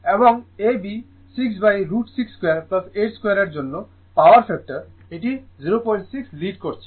এবং ab 6√ 62 82 এর জন্য পাওয়ার ফ্যাক্টর এটি 06 লিড করছে